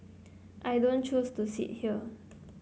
I don't choose to sit here